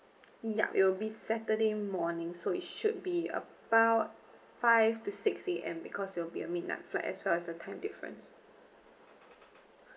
ya it will be saturday morning so it should be about five to six A_M because it will be a midnight flight as well as the time difference